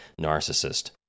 narcissist